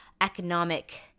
economic